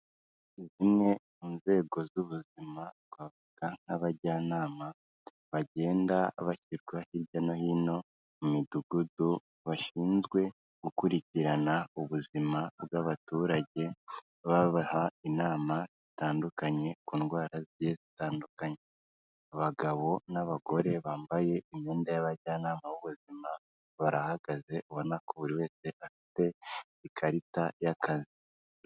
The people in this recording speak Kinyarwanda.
Zimwe mu nzego z'ubuzima twavuga nk'abajyanama bagenda bashyirwa hirya no hino mu midugudu, bashinzwe gukurikirana ubuzima bw'abaturage, babaha inama zitandukanye ku ndwara zigiye zitandukanye, abagabo n'abagore bambaye imyenda y'abajyanama b'ubuzima, barahagaze ubona ko buri wese afite ikarita y'akazi.